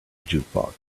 jukebox